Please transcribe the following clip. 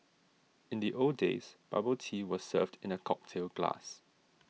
in the old days bubble tea was served in a cocktail glass